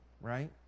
right